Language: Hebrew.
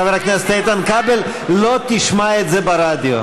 חבר הכנסת איתן כבל, לא תשמע את זה ברדיו.